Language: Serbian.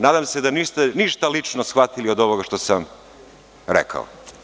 Nadam se da niste ništa lično shvatili od ovoga što sam rekao.